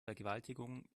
vergewaltigung